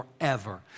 forever